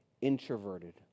introverted